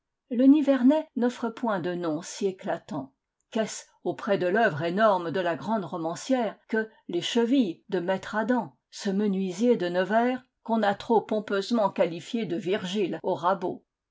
le nivernais n'offre point de noms si éclatants qu'est-ce auprès de l'œuvre énorme de la grande romancière que les chevilles de maître adam ce menuisier de nevers qu'on a trop pompeusement qualifié de virgile au rabot